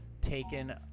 taken